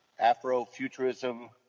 Afrofuturism